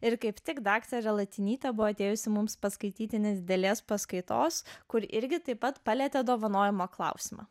ir kaip tik daktarė latinytė buvo atėjusi mums paskaityti nedidelės paskaitos kur irgi taip pat palietė dovanojimo klausimą